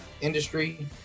industry